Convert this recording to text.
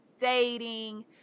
dating